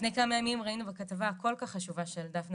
לפני כמה ימים ראינו בכתבה הכל כך חשובה של דפנה